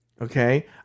Okay